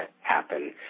happen